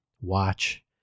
watch